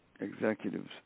executives